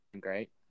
Great